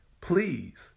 please